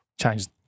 changed